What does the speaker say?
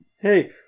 Hey